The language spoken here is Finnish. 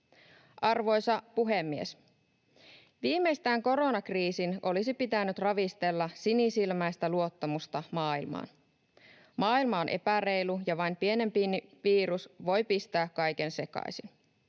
Arvoisa puhemies! Viimeistään koronakriisin olisi pitänyt ravistella sinisilmäistä luottamusta maailmaan. Maailma on epäreilu, ja vain pienen pieni virus voi pistää kaiken sekaisin.